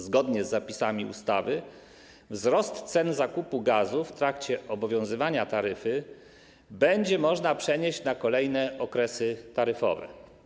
Zgodnie z zapisami ustawy wzrost cen zakupu gazu w trakcie obowiązywania taryfy będzie można przenieść na kolejne okresy taryfowe.